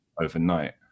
overnight